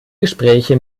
gespräche